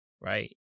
right